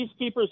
peacekeepers